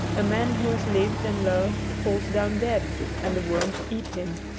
a man who has lived and loved falls down dead and the worms eat him.